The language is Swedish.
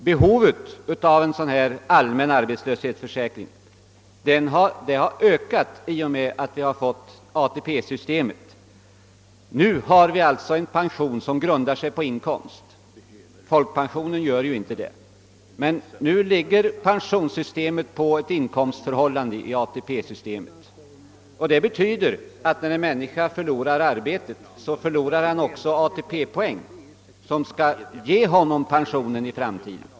Behovet av en allmän arbetslöshetsförsäkring har ökat i och med ATP systemets införande. Vi har nu en pension som grundar sig på inkomst, vilket folkpensionen inte gör. Detta betyder att en människa som blir arbetslös också förlorar ATP-poäng, som skall ge henne pension i framtiden.